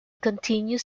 continues